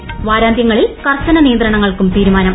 ്വാരാന്തൃങ്ങളിൽ കർശന നിയന്ത്രണങ്ങൾക്കും തീരുമാനും